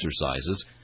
exercises